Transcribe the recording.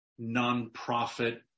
nonprofit